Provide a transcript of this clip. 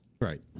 Right